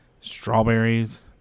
Strawberries